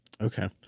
Okay